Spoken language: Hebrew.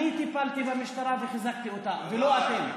אני טיפלתי במשטרה וחיזקתי אותה ולא אתם.